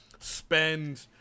spend